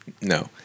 no